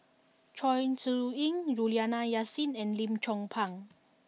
Chong Siew Ying Juliana Yasin and Lim Chong Pang